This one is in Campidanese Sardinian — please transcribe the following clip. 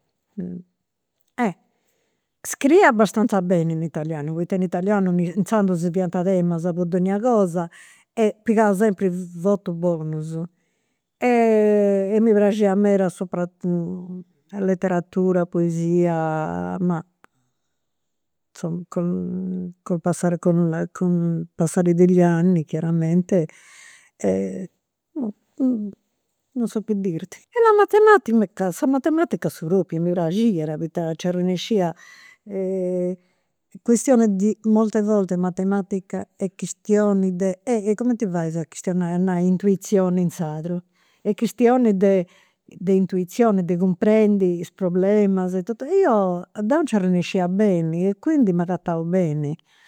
E scriia abastanza beni in italianu, poita in italianu inzandus si fadiant temas po donnia cosa e pigà sempri votus bonus. E mi praxiat meda sopra letteratura, poesia, ma, insoma, col passare con con il passare degli anni, chiaramente, non so che dirti. La matematica sa matematica a su propriu mi praxiat, poita nci arrennescia questione di molte volte matematica est chistioni de, e cumenti fais a chistionai a nai intuizione in sardu. Est chistioni de intuizione de cumprendi i' problemas. Io, deu nci arrennescia beni e quindi m'agatamu beni